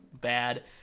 bad